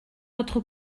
votre